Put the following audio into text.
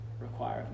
require